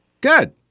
Good